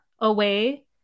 away